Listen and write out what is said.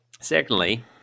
Secondly